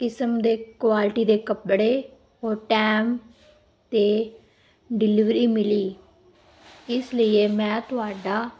ਕਿਸਮ ਦੇ ਕੁਆਲਿਟੀ ਦੇ ਕੱਪੜੇ ਉਹ ਟਾਈਮ 'ਤੇ ਡਿਲੀਵਰੀ ਮਿਲੀ ਇਸ ਲਈ ਮੈਂ ਤੁਹਾਡਾ